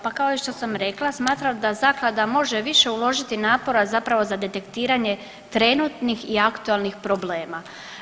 Pa kao što sam rekla smatram da zaklada može više uložiti napora zapravo za detektiranje trenutnih i aktualnih problema.